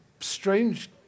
strange